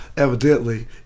Evidently